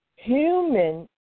human